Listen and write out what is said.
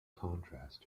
contrast